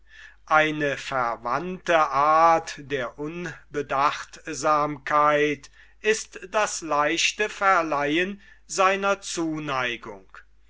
eine verwandte art der unbedachtsamkeit ist das leichte verleihen seiner zuneigung